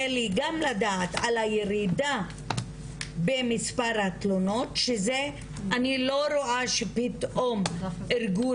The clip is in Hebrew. לי גם לדעת על הירידה במספר התלונות שזה אני לא רואה שפתאום ארגון